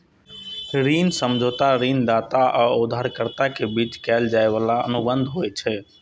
ऋण समझौता ऋणदाता आ उधारकर्ता के बीच कैल जाइ बला अनुबंध होइ छै